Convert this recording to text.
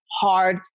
hard